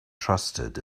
trusted